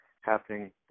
happening